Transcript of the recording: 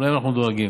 גם להם אנחנו דואגים.